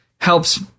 helps